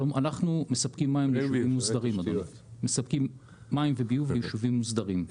אנחנו מספקים מים וביוב ליישובים מוסדרים, אדוני.